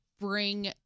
bring